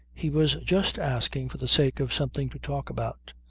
he was just asking for the sake of something to talk about.